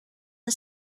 the